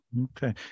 Okay